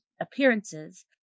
appearances